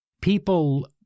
People